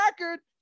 record